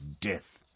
death